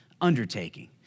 undertaking